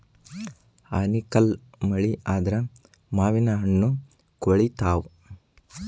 ಆನಿಕಲ್ಲ್ ಮಳಿ ಆದ್ರ ಮಾವಿನಹಣ್ಣು ಕ್ವಳಿತಾವ